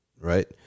right